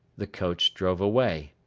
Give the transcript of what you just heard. the coach drove away.